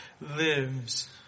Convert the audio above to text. lives